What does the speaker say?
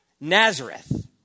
Nazareth